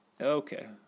Okay